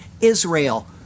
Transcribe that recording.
Israel